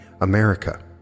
America